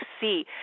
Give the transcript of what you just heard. see